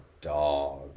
dog